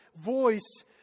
voice